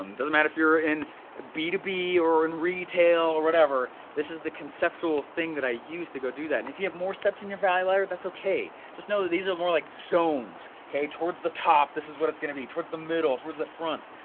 um doesn't matter if you're in be to be or in retail or whatever, this is the conceptual thing that i use to do that. and if you have more steps in your value ladder, that's okay. just know that these are more like zones, towards the top this is what it's going to be, towards the middle, towards the front.